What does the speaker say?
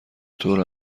طور